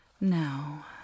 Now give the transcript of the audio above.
Now